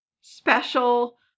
special